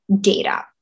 data